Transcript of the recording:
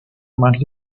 más